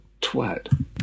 twat